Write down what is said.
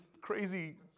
crazy